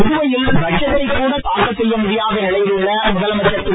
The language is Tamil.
புதுவையில் பட்ஜெட்டை கூட தாக்கல் செய்ய முடியாத நிலையில் உள்ள முதலமைச்சர் திரு